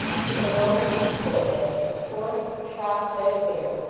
with a low, retreating forehead, a coarse shock head of hair,